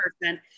person